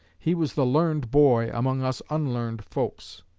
he was the learned boy among us unlearned folks.